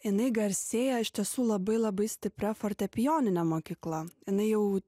jinai garsėja iš tiesų labai labai stipria fortepijonine mokykla jinai jau